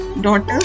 daughter